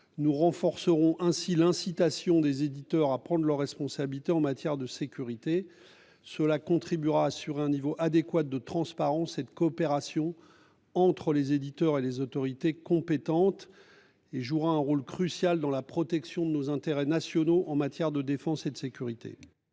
Nous renforcerons ainsi l'incitation des éditeurs à prendre leurs responsabilités en matière de sécurité. Cela contribuera à assurer un niveau adéquat de transparence et de coopération entre les éditeurs et les autorités compétentes. Cela jouera un rôle crucial dans la protection de nos intérêts nationaux en matière de défense et de sécurité.